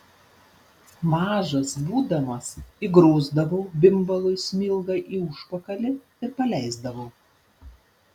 mažas būdamas įgrūsdavau bimbalui smilgą į užpakalį ir paleisdavau